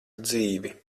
dzīvi